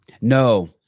No